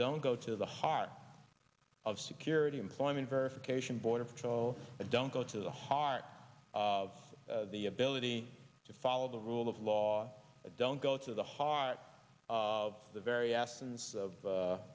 don't go to the heart of security employment verification border patrol don't go to the heart of the ability to follow the rule of law but don't go to the heart of the very essence of